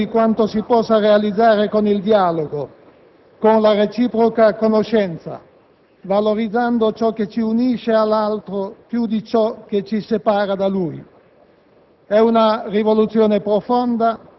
L'Europa è la dimostrazione di quanto si possa realizzare con il dialogo, con la reciproca conoscenza, valorizzando ciò che ci unisce all'altro più di ciò che ci separa da lui: